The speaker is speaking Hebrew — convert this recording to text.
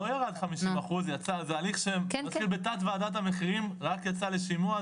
לא ירד 50%. זה הליך שמתחיל בתת וועדת המחירים ורק יצא לשימוע,